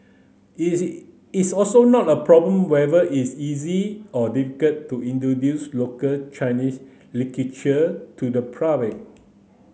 it's also not a problem whether it's easy or difficult to introduce local Chinese literature to the public